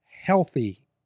healthy